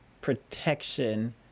protection